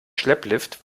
schlepplift